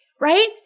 right